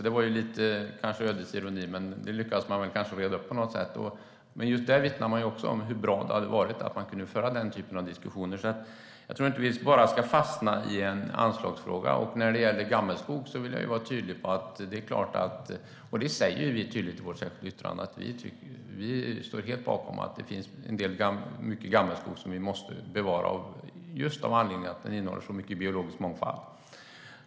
Det var kanske ödets ironi, men det lyckades man reda upp på något sätt. Just där vittnade man om hur bra det hade varit att man kunde föra den typen av diskussioner. Vi ska inte bara fastna i en anslagsfråga. När det gäller gammelskog vill jag vara tydlig med - och det framgår av vårt särskilda yttrande - att vi står helt bakom att det finns mycket gammelskog som vi måste bevara just för att den innehåller så mycket biologisk mångfald.